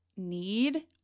need